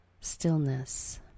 stillness